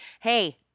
hey